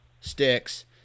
sticks